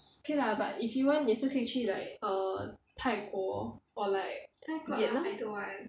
K lah but if you want 也是可以去 like err 泰国 or like vietnam